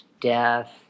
death